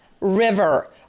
River